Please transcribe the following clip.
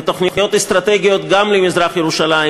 ותוכניות אסטרטגיות גם למזרח-ירושלים,